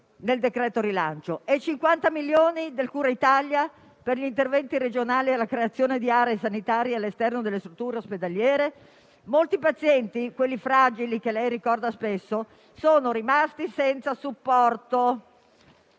i 50 milioni del cura Italia per gli interventi regionali finalizzati alla creazione di aree sanitarie all'esterno delle strutture ospedaliere? Molti pazienti, quelli fragili, che lei ricorda spesso, sono rimasti senza supporto.